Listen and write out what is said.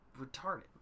retarded